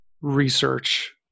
research